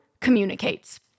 communicates